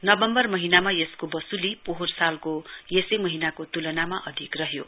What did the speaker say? नवम्वर महीनामा यसको वसूली पोहोर सालको यसै महीनाको तुलनामा अधिक रह्ये